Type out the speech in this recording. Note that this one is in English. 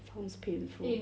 sounds painful